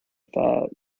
affair